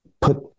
put